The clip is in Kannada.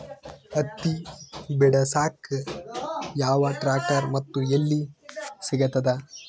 ಹತ್ತಿ ಬಿಡಸಕ್ ಯಾವ ಟ್ರ್ಯಾಕ್ಟರ್ ಮತ್ತು ಎಲ್ಲಿ ಸಿಗತದ?